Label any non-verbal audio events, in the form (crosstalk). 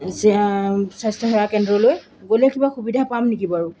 (unintelligible) স্বাস্থ্যসেৱা কেন্দ্ৰলৈ গ'লে কিবা সুবিধা পাম নেকি বাৰু